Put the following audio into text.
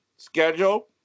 Schedule